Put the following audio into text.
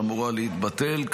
שאמורה להתבטל.